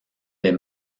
les